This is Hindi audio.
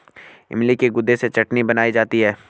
इमली के गुदे से चटनी बनाई जाती है